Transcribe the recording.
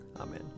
Amen